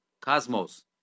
cosmos